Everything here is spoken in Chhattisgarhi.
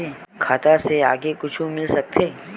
खाता से आगे कुछु मिल सकथे?